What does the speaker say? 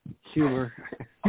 humor